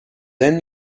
then